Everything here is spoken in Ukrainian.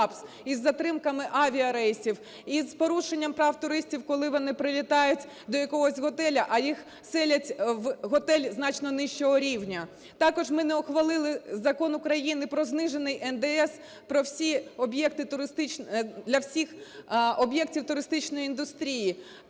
із затримками авіарейсів, із порушенням прав туристів, коли вони прилітають до якогось готелю, а їх селять у готель значно нижчого рівня. Також ми не ухвалили Закон України про знижений НДС про всі об'єкти… для всіх об'єктів туристичної індустрії.